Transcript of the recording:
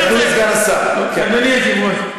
אדוני היושב-ראש,